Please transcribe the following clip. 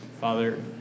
Father